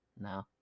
No